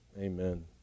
Amen